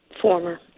Former